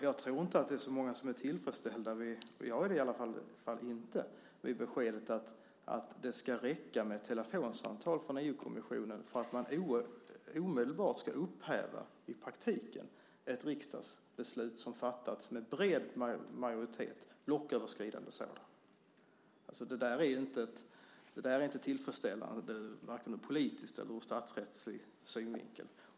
Jag tror inte att det är så många som är tillfredsställda, jag är det i alla fall inte, med beskedet att det ska räcka med ett telefonsamtal från EU-kommissionen för att man omedelbart i praktiken ska upphäva ett riksdagsbeslut som fattats med bred majoritet, en blocköverskridande sådan. Det är inte tillfredsställande, varken politiskt eller ur statsrättslig synvinkel.